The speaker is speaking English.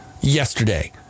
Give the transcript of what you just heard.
yesterday